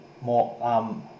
more